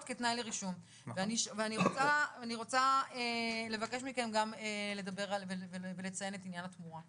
כתנאי לרישום ואני רוצה לבקש מכם ולציין גם את עניין התמורה.